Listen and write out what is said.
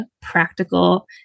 practical